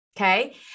Okay